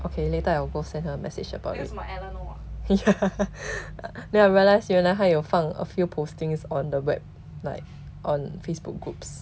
okay later I will go send her a message about this ya then I realise 原来他有放 a few postings on the web like on facebook groups